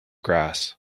grass